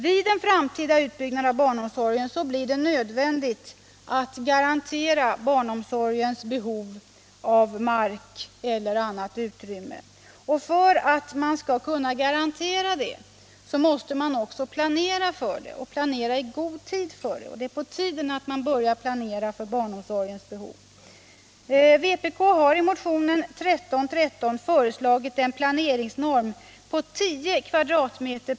Vid en framtida utbyggnad av barnomsorgen blir det nödvändigt att garantera att man tillgodoser barnomsorgens behov av mark eller annat utrymme, och för att kunna garantera detta måste man planera för det, och planera i god tid. Det är på tiden att man nu börjar planera för barnomsorgens behov. Vpk har i motionen 1313 föreslagit att en planeringsnorm på 10 m?